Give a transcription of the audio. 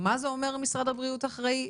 מה זה אומר משרד הבריאות אחראי?